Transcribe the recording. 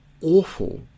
awful